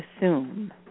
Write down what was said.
assume